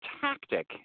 tactic